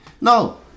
No